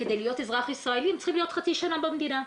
כדי להיות אזרח ישראלי הם צריכים להיות חצי שנה במדינה,